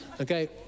Okay